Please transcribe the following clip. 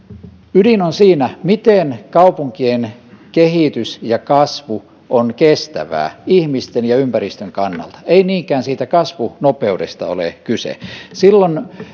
ydin on siinä miten kaupunkien kehitys ja kasvu on kestävää ihmisten ja ympäristön kannalta ei niinkään siitä kasvunopeudesta ole kyse silloin